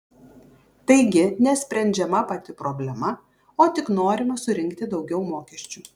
taigi nesprendžiama pati problema o tik norima surinkti daugiau mokesčių